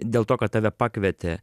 dėl to kad tave pakvietė